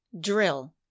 drill